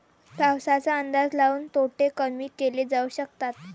पाऊसाचा अंदाज लाऊन तोटे कमी केले जाऊ शकतात